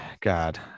God